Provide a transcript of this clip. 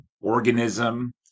organism